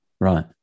right